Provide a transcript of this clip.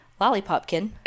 lollipopkin